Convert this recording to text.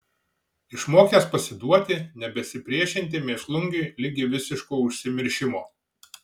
išmokęs pasiduoti nebesipriešinti mėšlungiui ligi visiško užsimiršimo